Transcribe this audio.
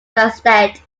darmstadt